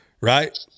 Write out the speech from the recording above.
right